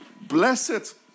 blessed